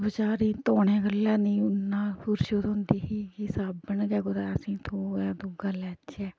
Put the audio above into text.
बजारी धोने गल्लै नि इन्ना खुशी थ्होंदी ही कि साबन गै कुदै असें गी थ्होऐ दुयै लैचै